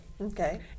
Okay